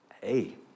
hey